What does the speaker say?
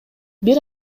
бир